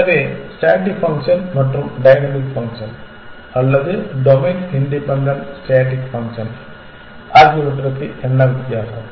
எனவே static function மற்றும் dynamic function அல்லது டொமைன் இண்டிபென்டன்ட் ஸ்டேடிக் ஃபங்க்ஷன் ஆகியவற்றுக்கு என்ன வித்தியாசம்